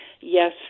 Yes